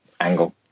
angle